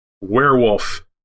Werewolf